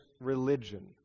religion